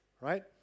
right